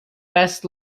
best